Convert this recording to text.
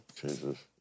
Jesus